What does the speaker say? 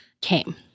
came